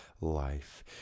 life